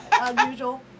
unusual